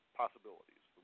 possibilities